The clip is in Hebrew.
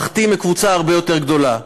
מכתים קבוצה הרבה יותר גדולה.